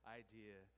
idea